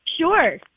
Sure